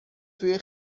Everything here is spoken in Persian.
توی